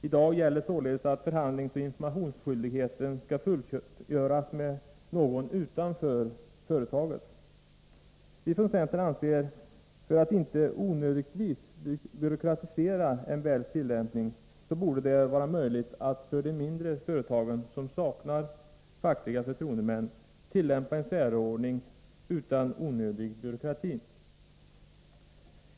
I dag gäller således att förhandlingsoch informationsskyldigheten skall fullgöras med någon utanför företaget. Centern anser att för att inte onödigtvis byråkratisera MBL:s tillämpning borde det vara möjligt att för de mindre företag som saknar fackliga förtroendemän tillämpa en särordning utan onödig byråkrati.